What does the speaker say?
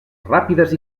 ràpides